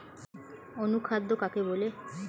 অনুখাদ্য কাকে বলে?